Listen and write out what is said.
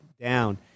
down